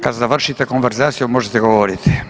Kad završite konverzaciju možete govoriti.